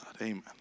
Amen